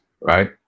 right